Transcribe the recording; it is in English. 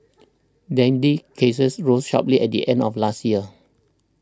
dengue cases rose sharply at the end of last year